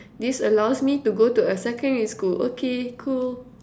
this allows me to go to a secondary school okay cool